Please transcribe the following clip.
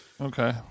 Okay